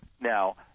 now